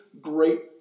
great